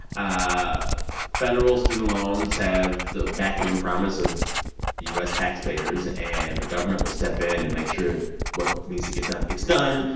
ah federal student loans have the backing and promise of u s. taxpayers. and the government will step in and make sure what needs to get done gets done,